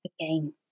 Again